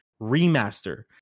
Remaster